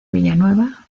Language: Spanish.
villanueva